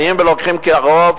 באים ולוקחים כי הרוב,